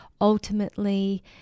ultimately